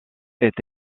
est